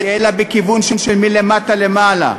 אלא בכיוון שמלמטה למעלה,